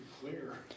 clear